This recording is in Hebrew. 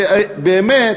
באמת,